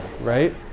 right